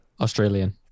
australian